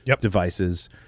devices